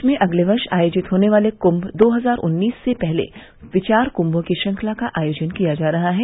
प्रदेश में अगले वर्ष आयोजित होने वाले कुंम दो हजार उन्नीस से पहले विचार कुंभों की श्रृंखला का आयोजन किया जा रहा है